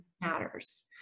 matters